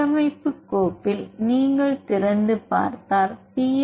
சீரமைப்பு கோப்பில் நீங்கள் திறந்து பார்த்தால் பி